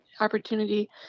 opportunity